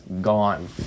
gone